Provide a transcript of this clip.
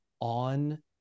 on